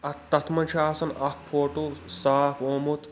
اتھ تتھ منٛز چھُ آسان اکھ فوٹو صاف اومُت